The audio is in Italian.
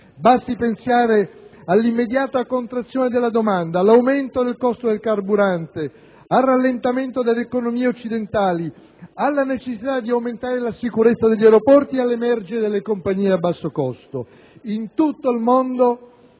basti pensare all'immediata contrazione della domanda, all'aumento del costo del carburante, al rallentamento delle economie occidentali, alla necessità di aumentare la sicurezza negli aeroporti e all'emergere delle compagnie a basso costo. In tutto il mondo,